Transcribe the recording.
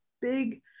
big